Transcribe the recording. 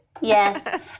Yes